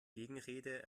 gegenrede